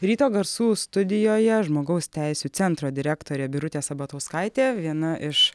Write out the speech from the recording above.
ryto garsų studijoje žmogaus teisių centro direktorė birutė sabatauskaitė viena iš